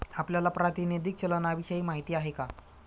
आपल्याला प्रातिनिधिक चलनाविषयी माहिती आहे का?